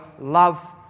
love